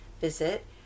visit